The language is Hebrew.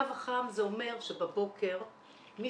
הקו החם זה אומר שבבוקר מישהו,